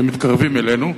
ומתקרבים אלינו,